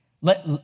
Let